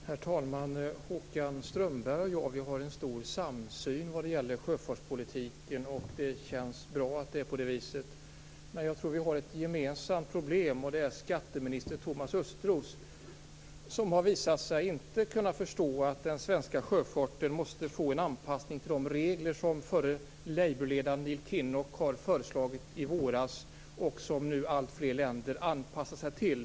Herr talman! Håkan Strömberg och jag har en stor samsyn vad gäller sjöfartspolitiken. Det känns bra att det är på det viset. Men jag tror att vi har ett gemensamt problem, och det är skatteminister Thomas Östros. Han har visat att han inte förstår att den svenska sjöfarten måste få en anpassning till de regler som den förre labourledaren Neil Kinnock har föreslagit i våras och som nu alltfler länder anpassar sig till.